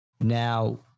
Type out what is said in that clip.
Now